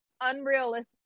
unrealistic